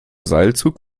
seilzug